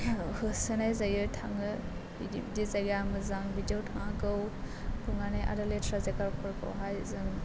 होसोनाय जायो थांनो बिदि बिदि जायगाया मोजां बिदियाव थांनांगौ बुंनानै आरो लेथ्रा जायगाफोरखौहाय जों